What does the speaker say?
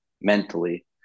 mentally